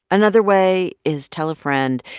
another way is tell a friend.